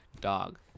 dog